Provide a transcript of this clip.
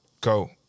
go